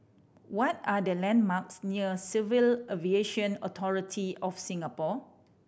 what are the landmarks near Civil Aviation Authority of Singapore